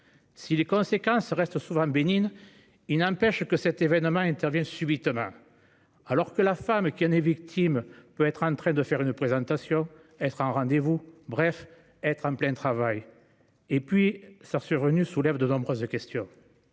Si les conséquences restent souvent bénignes, il n'empêche que cet événement intervient subitement, alors que la femme qui en est victime peut être en train de faire une présentation ou d'assister à un rendez-vous, bref, être en plein travail. Et puis sa survenue soulève de nombreuses questions.